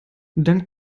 dank